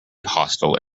hostile